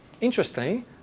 Interesting